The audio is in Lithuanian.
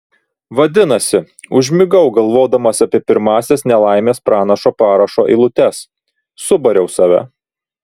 vadinasi užmigau galvodamas apie pirmąsias nelaimės pranašo parašo eilutes subariau save